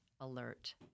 alert